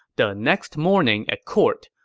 the next morning at court,